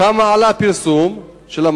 3. כמה עלה פרסום המודעה?